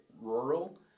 rural